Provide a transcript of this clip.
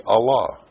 Allah